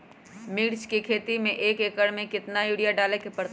मिर्च के खेती में एक एकर में कितना यूरिया डाले के परतई?